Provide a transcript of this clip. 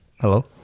Hello